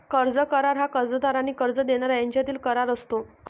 कर्ज करार हा कर्जदार आणि कर्ज देणारा यांच्यातील करार असतो